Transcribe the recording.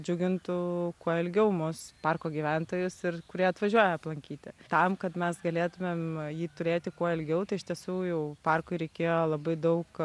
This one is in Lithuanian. džiugintų kuo ilgiau mus parko gyventojus ir kurie atvažiuoja aplankyti tam kad mes galėtumėm jį turėti kuo ilgiau tai iš tiesų jau parkui reikėjo labai daug